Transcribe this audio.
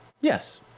yes